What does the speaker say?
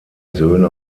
söhne